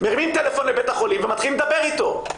מרימים טלפון לבית החולים ומתחילים לדבר איתו.